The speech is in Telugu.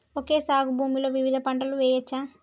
ఓకే సాగు భూమిలో వివిధ పంటలు వెయ్యచ్చా?